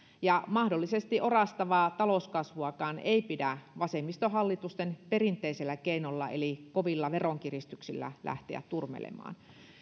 mahdollisesti orastavaa talouskasvuakaan ei pidä vasemmistohallitusten perinteisellä keinolla eli kovilla veronkiristyksillä lähteä turmelemaan